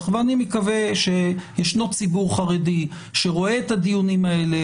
ואני מקווה שישנו ציבור חרדי שרואה את הדיונים האלה,